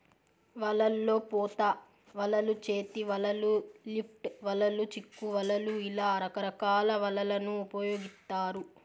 వలల్లో పోత వలలు, చేతి వలలు, లిఫ్ట్ వలలు, చిక్కు వలలు ఇలా రకరకాల వలలను ఉపయోగిత్తారు